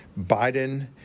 Biden